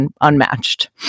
unmatched